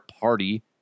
party